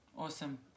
Awesome